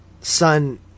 son